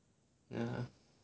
ya